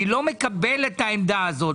איני מקבל את העמדה הזו.